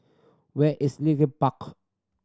where is bark